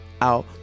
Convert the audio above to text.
out